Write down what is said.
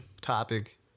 topic